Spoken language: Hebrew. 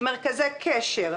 מרכזי קשר,